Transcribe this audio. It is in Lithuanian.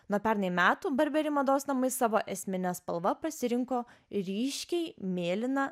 nuo pernai metų burberry mados namais savo esmine spalva pasirinko ryškiai mėlyną